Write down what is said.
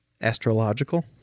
Astrological